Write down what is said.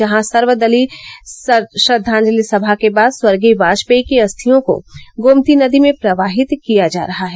जहां सर्वलीय श्रद्वाजलि सभा के बाद स्वर्गीय वाजपेयी की अस्थियों को गोमती नदी में प्रवाहित किया जा रहा है